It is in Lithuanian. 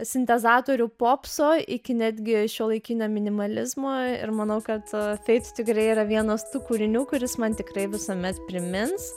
sintezatorių popso iki netgi šiuolaikinio minimalizmo ir manau kad tai tikrai yra vienas tų kūrinių kuris man tikrai visuomet primins